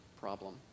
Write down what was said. problem